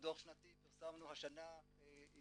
ופרסמנו השנה דו"ח שנתי,